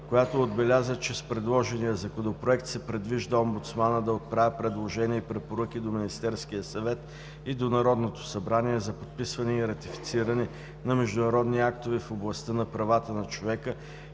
която отбеляза, че с предложения Законопроект се предвижда омбудсманът да отправя предложения и препоръки до Министерския съвет и до Народното събрание за подписване и ратифициране на международни актове в областта на правата на човека,